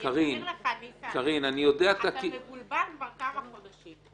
אני אסביר לך ניסן, אתה מבולבל כבר כמה חודשים.